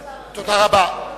לא,